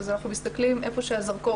אז אנחנו מסתכלים איפה שהזרקור נמצא.